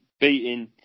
Beating